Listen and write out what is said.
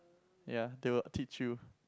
ya they will teach you